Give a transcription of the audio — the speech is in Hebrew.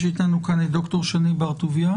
יש איתנו כאן את ד"ר שני בר-טוביה.